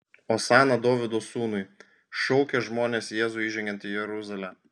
osana dovydo sūnui šaukė žmonės jėzui įžengiant į jeruzalę